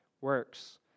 works